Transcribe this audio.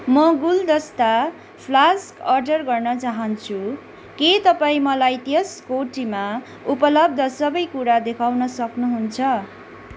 म गुलदस्ता flask order गर्न चाहन्छु के तपाईँ मलाई त्यस कोटीमा उपलब्ध सबै कुरा देखाउन सक्नुहुन्छ